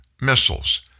Missiles